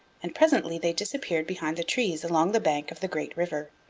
and presently they disappeared behind the trees along the bank of the great river.